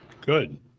Good